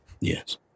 Yes